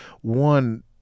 one